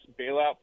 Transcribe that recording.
bailout